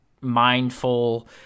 mindful